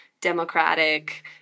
democratic